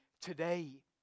today